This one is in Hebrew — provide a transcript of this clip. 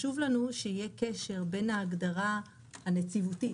חשוב לנו שיהיה קשר בין ההגדרה הנציבותית,